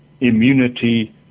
immunity